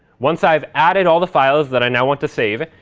once i've added all the files that i now want to save,